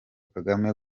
kagame